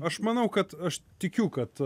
aš manau kad aš tikiu kad